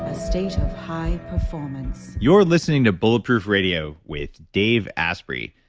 a state of high performance you're listening to bulletproof radio with dave asprey.